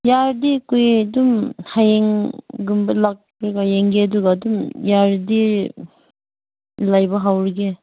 ꯌꯥꯔꯗꯤ ꯑꯩꯈꯣꯏ ꯑꯗꯨꯝ ꯍꯌꯦꯡꯒꯨꯝꯕ ꯂꯥꯛꯄꯤꯔ ꯌꯦꯡꯒꯦ ꯑꯗꯨꯒ ꯑꯗꯨꯝ ꯌꯥꯔꯗꯤ ꯂꯩꯕ ꯍꯧꯔꯒꯦ